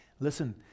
Listen